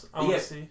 Yes